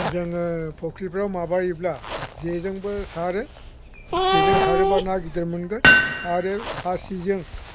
जोङो फुख्रिफ्राव माबायोब्ला जेजोंबो सारो जेजों सारोब्ला ना गिदिर मोनगोन आरो फासिजों